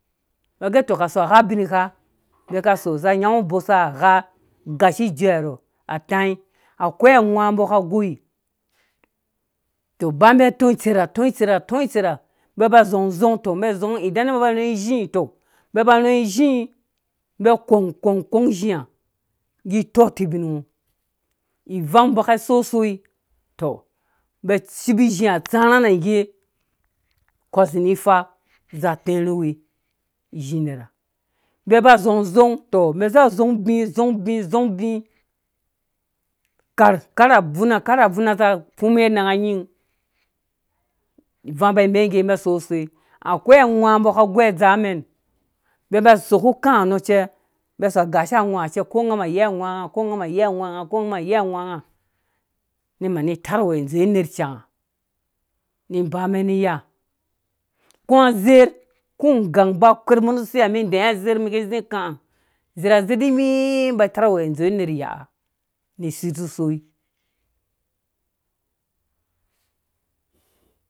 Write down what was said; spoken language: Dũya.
Mbɔ gɛ to ka so agha ubingha mbi ka so zi nyangu bosa gha gashi ijuɛ atai akwai awã mbɔ ka goi tɔ baya mbi ka tɔtserha tɔtserha mbi ba zing zɔng to mini azɔng idang mbi ba roi ilhi toh mbi ba rɔi izhi mbi akɔng kɔng kɔng izhi ha ngge itɔ utubin ngɔ ivang mbɔ kai so sai toh mibi a shipu izhi hã tserhã na ngge kuzĩni ifã zã tã rhawe zhi nerha umbi ba zɔng zɔng tɔh mbi za zɔng bi zɔng bi zɔng bi korh karh abvuna karh abuma zi arumewe ananga nyin ivanga bai mɛɛ nggembi aso sei akwai awe mbɔ ka goi adzamɛn mbi ba soku kaã ha ucɛ mbi asogasha awa hacɛ ko ngamɔ ayei awã nga ko ungamɔ ayɛi awɛnga ko ngamɔ ayei awanya nu tarh uwɛ dzowe nerh banga ni bamɛn ni iya kũ azei ku ugang ba kwei mɔ hu siha mɛn ɛɛ azerh mi ki zĩ kaã zerh azerh timi ba tarh uwɛ dzowe nerh iyaha mu situ sɔi.